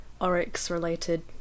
Oryx-related